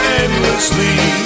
endlessly